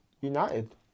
United